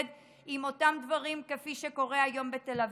עם אותם דברים כפי שקורה היום בתל אביב.